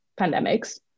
pandemics